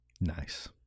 Nice